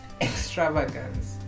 extravagance